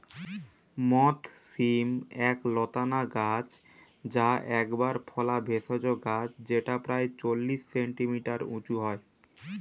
মথ শিম এক লতানা গাছ যা একবার ফলা ভেষজ গাছ যেটা প্রায় চল্লিশ সেন্টিমিটার উঁচু হয়